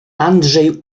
andrzej